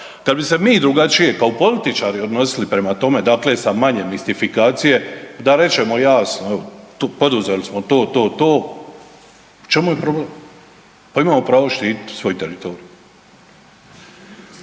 kad bi se mi drugačije kao političari odnosili prema tome dakle sa manje mistifikacije da rečemo jasno tu poduzeli smo to, to, to, u čemu je problem pa imamo pravo štititi svoj teritorij.